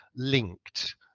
linked